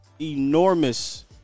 enormous –